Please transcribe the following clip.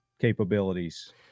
capabilities